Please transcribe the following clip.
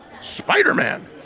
Spider-Man